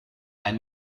ein